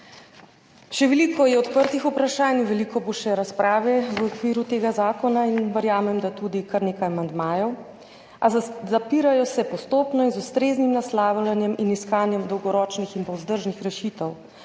Še veliko je odprtih vprašanj in veliko bo še razprave v okviru tega zakona in verjamem, da tudi kar nekaj amandmajev. A zapirajo se postopno in z ustreznim naslavljanjem in iskanjem dolgoročnih in vzdržnih rešitev,